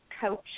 coach